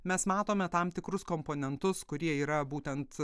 mes matome tam tikrus komponentus kurie yra būtent